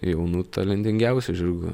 jaunų talentingiausių žirgų